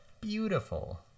beautiful